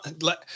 Let